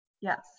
Yes